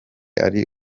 ari